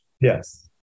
yes